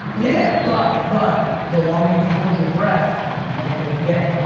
yeah, but, but the longer you can hold your breath the more you're gonna get.